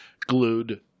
glued